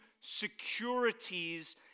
securities